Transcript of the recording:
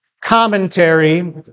commentary